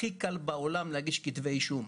הכי קל בעולם להגיש כתבי אישום.